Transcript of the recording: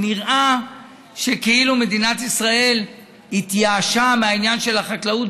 נראה כאילו מדינת ישראל התייאשה מהעניין של החקלאות,